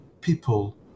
people